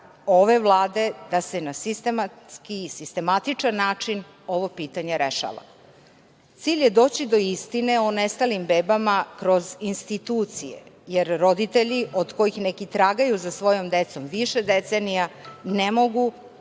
ove Vlade da se na sistematski i sistematičan način ovo pitanje rešava. Cilj je doći do istine o nestalim bebama kroz institucije, jer roditelji, od kojih neki tragaju za svojom decom više decenija, ne mogu